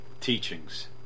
teachings